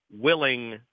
willing